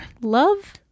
Love